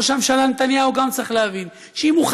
ראש הממשלה נתניהו גם צריך להבין שאם הוא,